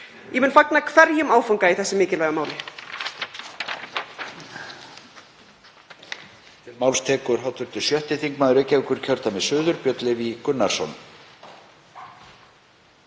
Ég mun fagna hverjum áfanga í þessu mikilvæga máli.